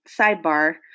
sidebar